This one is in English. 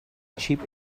cheap